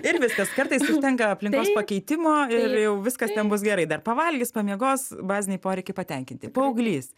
ir viskas kartais užtenka aplinkos pakeitimo ir jau viskas ten bus gerai dar pavalgys pamiegos baziniai poreikiai patenkinti paauglys